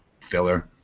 filler